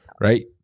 right